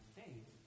faith